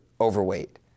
overweight